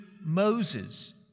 Moses